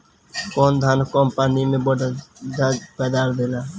कौन धान कम पानी में बढ़या पैदावार देला?